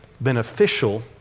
beneficial